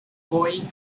going